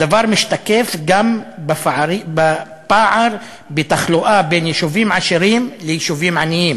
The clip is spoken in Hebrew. הדבר משתקף גם בפער בתחלואה בין יישובים עשירים ליישובים עניים